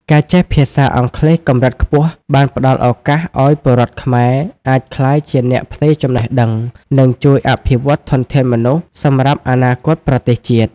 ការចេះភាសាអង់គ្លេសកម្រិតខ្ពស់បានផ្តល់ឱកាសឱ្យពលរដ្ឋខ្មែរអាចក្លាយជាអ្នកផ្ទេរចំណេះដឹង និងជួយអភិវឌ្ឍធនធានមនុស្សសម្រាប់អនាគតប្រទេសជាតិ។